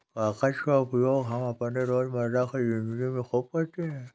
कागज का उपयोग हम अपने रोजमर्रा की जिंदगी में खूब करते हैं